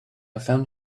found